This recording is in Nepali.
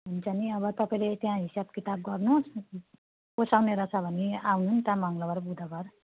हुन्छ नि अब तपाईँले त्यहाँ हिसाब किताब गर्नुहोस् पोसाउने रहेछ भने आउनु नि त मङ्गलवार बुधवार